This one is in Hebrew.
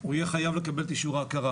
הוא יהיה חייב לקבל את אישור ההכרה